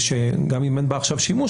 גם אם אין בה עכשיו שימוש,